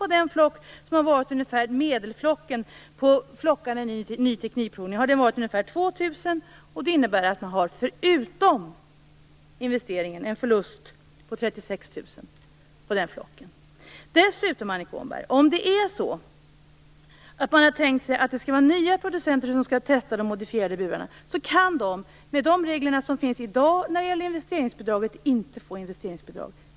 Medelflocken i utprovning av ny teknik har innehållit ungefär 2 000 höns, och det innebär att man förutom investeringen får en förlust på 36 000 kr på den flocken. Dessutom, Annika Åhnberg: Om man har tänkt sig att nya producenter skall testa de modifierade burarna kan de med de regler som finns i dag för investeringsbidrag inte få detta bidrag.